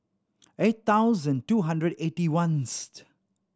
eight thousand two hundred eighty one